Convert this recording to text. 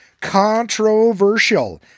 controversial